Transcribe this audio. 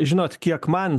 žinot kiek man